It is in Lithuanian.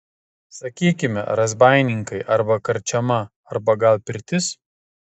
sakykime razbaininkai arba karčiama arba gal pirtis